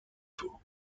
tour